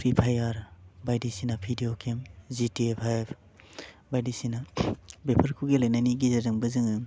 pre fire बायदिसिना video game जिटि पायार बायदिसिना बेफोरखौ गेलेनायनि गेजेरजोंबो जोङो